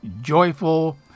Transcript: joyful